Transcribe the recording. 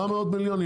מה מאות מיליונים?